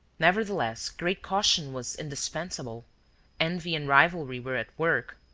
nevertheless, great caution was indispensable envy and rivalry were at work.